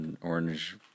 orange